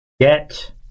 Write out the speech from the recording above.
get